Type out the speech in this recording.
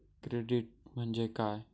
Credit म्हणजे काय?